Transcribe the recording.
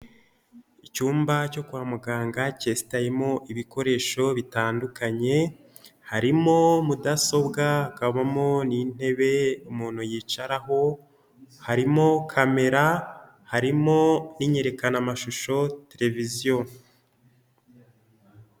Icyumba cyo kwa muganga kesitayemo ibikoresho bitandukanye, harimo mudasobwa, hakabamo n'intebe umuntu yicaraho, harimo kamera, harimo n'inyerekanamashusho televiziyo.